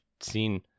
seen